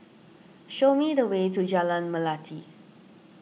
show me the way to Jalan Melati